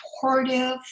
supportive